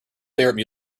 favorite